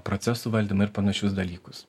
procesų valdymą ir panašius dalykus